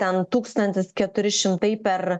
ten tūkstantis keturi šimtai per